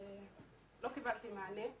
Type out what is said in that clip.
ולא קיבלתי מענה.